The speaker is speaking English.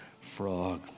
frog